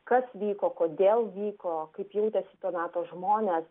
kas vyko kodėl vyko kaip jautėsi to meto žmonės